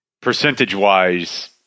percentage-wise